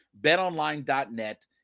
BetOnline.net